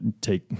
take